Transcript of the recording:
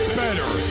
better